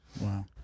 wow